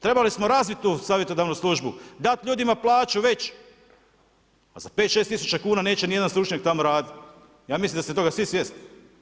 Trebali smo razvoditi tu savjetodavnu službu, dati ljudima plaću veću, pa za 5-6 tisuća kn, neće ni jedan stručnjak tamo raditi, ja mislim da ste toga svi svjesni.